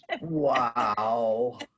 wow